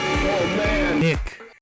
Nick